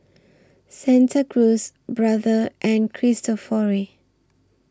Santa Cruz Brother and Cristofori